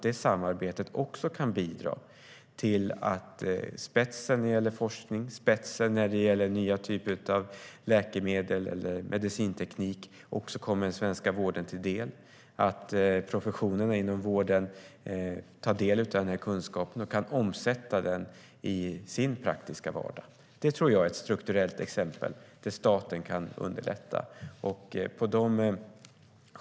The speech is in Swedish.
Det samarbetet kan också bidra till att spetsen när det gäller forskning och spetsen när det gäller nya typer av läkemedel eller medicinteknik också kommer den svenska vården till del. Det handlar om att professionerna inom vården tar del av kunskapen och kan omsätta den i sin praktiska vardag. Det tror jag är ett strukturellt exempel där staten kan underlätta.